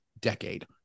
decade